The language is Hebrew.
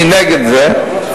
אני נגד זה,